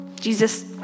Jesus